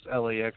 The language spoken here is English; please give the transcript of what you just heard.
LAX